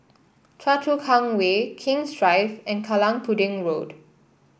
Choa Chu Kang Way King's Drive and Kallang Pudding Road